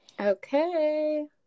Okay